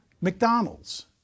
McDonald's